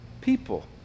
People